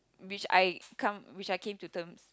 which I come which I came to terms